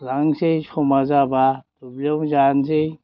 लांनोसै समा जाबा दुब्लियावनो जानोसै